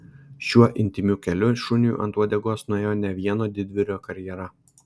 šiuo intymiu keliu šuniui ant uodegos nuėjo ne vieno didvyrio karjera